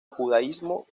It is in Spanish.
judaísmo